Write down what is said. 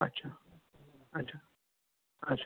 अच्छा अच्छा अच्छा अच्छा